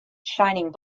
shining